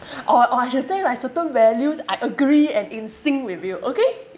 or or I should say like certain values I agree and in sync with you okay